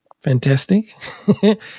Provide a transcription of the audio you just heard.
fantastic